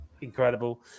Incredible